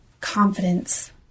confidence